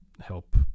help